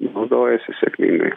naudojasi sėkmingai